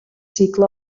cicle